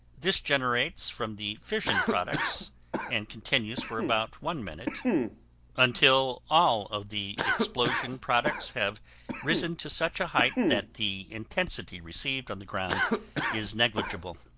this generates from the fission products and continues for about one minute until all of the explosion products have risen to such a height that the intensity received on the ground is negligible.